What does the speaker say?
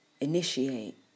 initiate